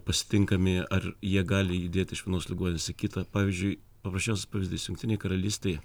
pasitinkami ar jie gali judėti iš vienos ligoninės į kitą pavyzdžiui paprasčiausias pavyzdys jungtinėj karalystėj